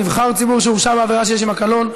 נבחר ציבור שהורשע בעבירה שיש עימה קלון),